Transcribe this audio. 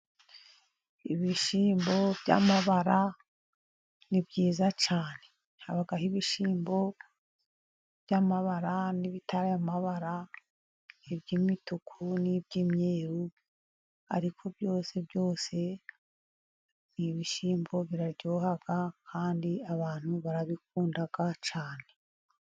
Ibishyimbo by'amabara ni byiza cyane ,habaho ibishyimbo by'amabara n'ibitari iby'amabara, iby'imituku n'iby'imyeru ariko byose byose ni ibishyimbo biraryoha kandi abantu barabikunda cyane.